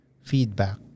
feedback